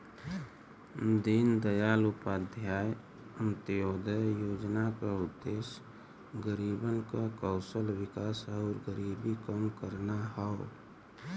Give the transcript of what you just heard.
दीनदयाल उपाध्याय अंत्योदय योजना क उद्देश्य गरीबन क कौशल विकास आउर गरीबी कम करना हौ